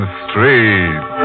street